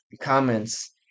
comments